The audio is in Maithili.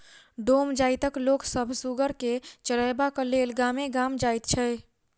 डोम जाइतक लोक सभ सुगर के चरयबाक लेल गामे गाम जाइत छै